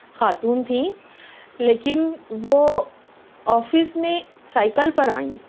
خاتون تھیں لیکن وہ آفس میں سائیکل پر آئی